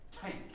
tank